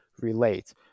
relate